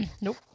Nope